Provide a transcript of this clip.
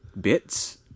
bits